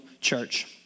church